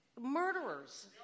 murderers